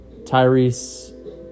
Tyrese